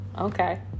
Okay